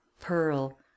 pearl